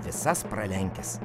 visas pralenkęs